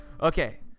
Okay